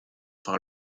par